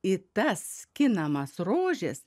į tas skinamas rožes